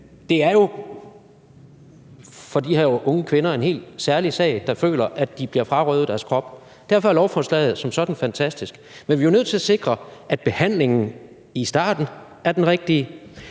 det er jo for de her unge kvinder en helt særlig sag, og de føler, at de bliver frarøvet deres krop. Derfor er lovforslaget som sådan fantastisk. Men vi er jo nødt til at sikre, at behandlingen i starten er den rigtige,